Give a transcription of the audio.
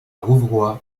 rouvroy